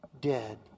dead